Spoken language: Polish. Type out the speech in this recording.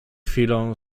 chwilą